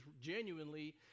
genuinely